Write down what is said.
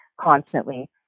constantly